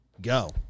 go